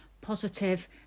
positive